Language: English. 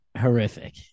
horrific